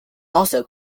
also